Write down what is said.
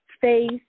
face